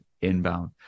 inbound